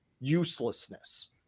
uselessness